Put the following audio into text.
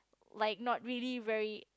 like not really very